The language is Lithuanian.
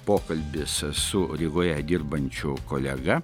pokalbis su rygoje dirbančiu kolega